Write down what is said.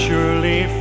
Surely